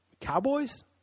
Cowboys